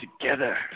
together